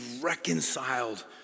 reconciled